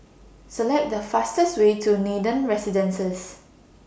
Select The fastest Way to Nathan Residences